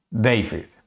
David